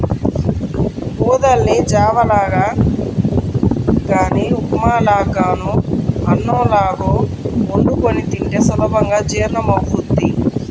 ఊదల్ని జావ లాగా గానీ ఉప్మా లాగానో అన్నంలాగో వండుకొని తింటే సులభంగా జీర్ణమవ్వుద్ది